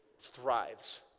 thrives